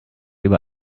über